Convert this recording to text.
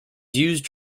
used